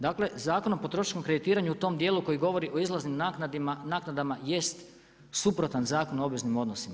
Dakle, Zakon o potrošačkom kreditiranju u tom dijelu koji govori o izlaznim naknadama jest suprotan Zakonu o obveznim odnosima.